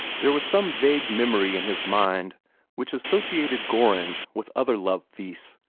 there was some vague memory in his mind which associated gorringe with other love-feasts,